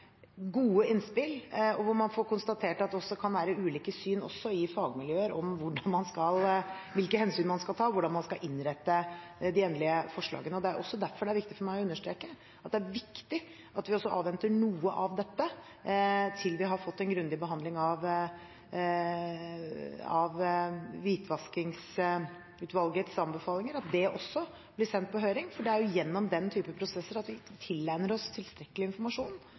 gode innspill, og man får konstatert at det kan være ulike syn også i fagmiljøer på hvilke hensyn man skal ta, og hvordan man skal innrette de endelige forslagene. Det er også derfor det er viktig for meg å understreke at det er viktig at vi avventer noe av dette til vi har fått en grundig behandling av Hvitvaskingslovutvalgets anbefalinger – at det også blir sendt på høring – for det er gjennom den type prosesser vi tilegner oss tilstrekkelig informasjon